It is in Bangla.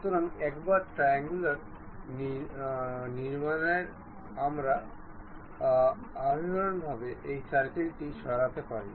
আমরা একটি ট্রেন ট্র্যাক এবং হুইল কানেক্টর নেব